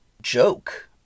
joke